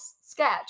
sketch